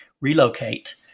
relocate